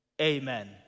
amen